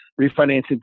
refinancing